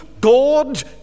God